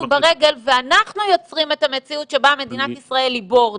ברגל ואנחנו יוצרים את המציאות שבה מדינת ישראל היא בורדו.